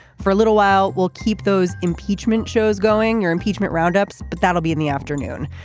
for a little while. we'll keep those impeachment shows going your impeachment roundups but that'll be in the afternoon.